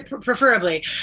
preferably